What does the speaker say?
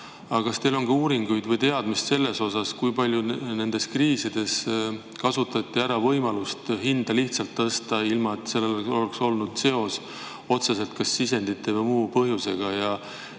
Aga kas on uuringuid või on teil teadmist selle kohta, kui palju nendes kriisides kasutati ära võimalust hindu lihtsalt tõsta, ilma et sellel oleks olnud otsene seos kas sisendite või muu põhjusega? Ja